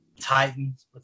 Titans